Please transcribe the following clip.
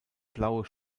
blaue